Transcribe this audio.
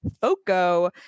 foco